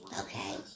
okay